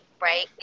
right